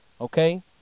okay